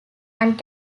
and